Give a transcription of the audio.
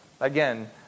Again